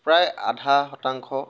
প্ৰায় আধা শতাংশ